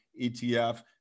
etf